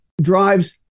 drives